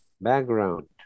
background